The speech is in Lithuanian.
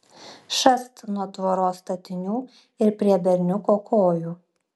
šast nuo tvoros statinių ir prie berniuko kojų